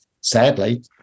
sadly